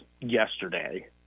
yesterday